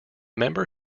member